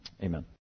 Amen